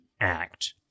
act